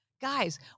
Guys